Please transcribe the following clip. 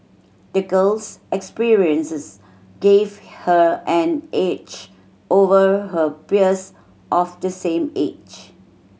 the girl's experiences gave her an edge over her peers of the same age